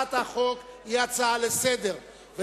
הצעת החוק היא הצעה לסדר-היום,